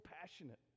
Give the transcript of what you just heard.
passionate